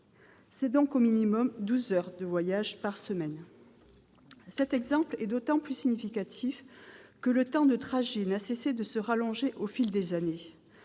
C'est donc au minimum douze heures de voyage par semaine. Cet exemple est d'autant plus significatif que le temps de trajet n'a cessé de s'allonger au fil des années